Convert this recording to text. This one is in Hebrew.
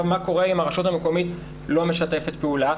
מה קורה אם הרשות המקומית לא משתפת פעולה?